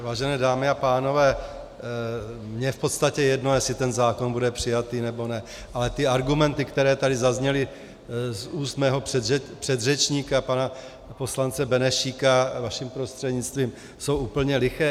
Vážené dámy a pánové, mně je v podstatě jedno, jestli ten zákon bude přijatý, nebo ne, ale ty argumenty, které tady zazněly z úst mého předřečníka pana poslance Benešíka, vaším prostřednictvím, jsou úplně liché.